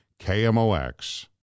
KMOX